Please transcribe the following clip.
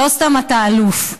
לא סתם אתה אלוף.